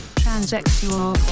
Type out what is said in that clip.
transsexual